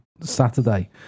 Saturday